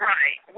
Right